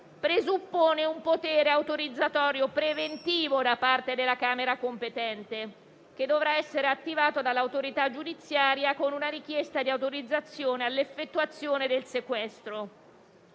presuppone un potere autorizzatorio preventivo da parte della Camera competente, che dovrà essere attivato dall'autorità giudiziaria con una richiesta di autorizzazione all'effettuazione del sequestro.